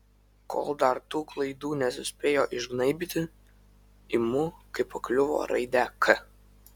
kol dar tų klaidų nesuspėjo išgnaibyti imu kaip pakliuvo raidę k